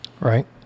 Right